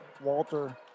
Walter